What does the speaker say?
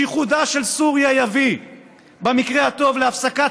שיחודה של סוריה יביא במקרה הטוב להפסקה